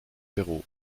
peru